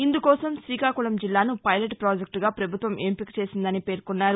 ఇందుకోసం శ్రీకాకుళం జిల్లాను పైలట్ ప్రాజెక్లుగా ప్రభుత్వం ఎంపిక చేసిందని పేర్కొన్నారు